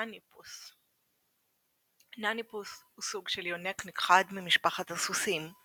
נניפוס הוא סוג של יונק נכחד ממשפחת הסוסיים,